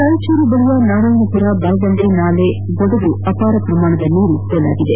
ರಾಯಚೂರು ಬಳಿಯ ನಾರಾಯಣಪುರ ಬಲದಂಡೆ ನಾಲೆ ಒಡೆದು ಅಪಾರ ಪ್ರಮಾಣದ ನೀರು ಪೋಲಾಗಿದೆ